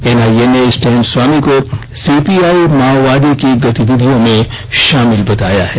NI A ने Stan Swamy को CPI माओवादी की गतिविधियों में शामिल बताया है